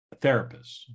therapists